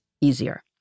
easier